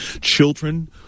Children